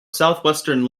southwestern